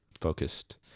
focused